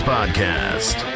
Podcast